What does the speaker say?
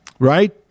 Right